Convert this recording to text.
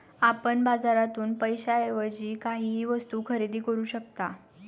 आपण बाजारातून पैशाएवजी काहीही वस्तु खरेदी करू शकता